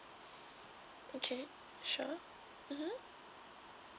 okay sure mmhmm